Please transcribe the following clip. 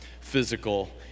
physical